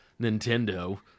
Nintendo